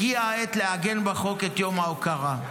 הגיעה העת לעגן בחוק את יום ההוקרה.